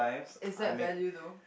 is that value though